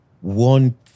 one